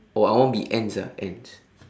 oh I want to be ants ah ants